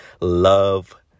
love